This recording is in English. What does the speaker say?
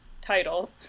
title